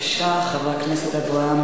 להיענות לבקשת הממשלה לחזור ולהכריז על מצב חירום.